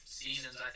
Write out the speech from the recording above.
seasons